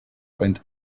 and